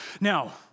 Now